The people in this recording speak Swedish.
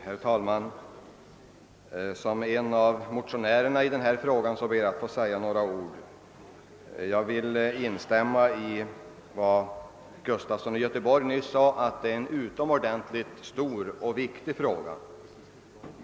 Herr talman! Som en av motionärer na i den fråga vi nu diskuterar ber jag att få säga några ord. Jag vill instämma i vad herr Gustafson i Göteborg nyss sade, nämligen att en utjämning av telekostnaderna är en utomordentligt stor och viktig fråga.